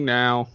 now